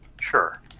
Sure